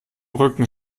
rücken